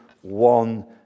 one